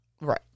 Right